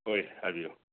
ꯍꯣꯏ ꯍꯥꯏꯕꯤꯎ